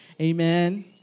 Amen